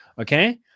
Okay